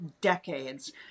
decades